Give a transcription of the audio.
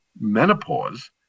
menopause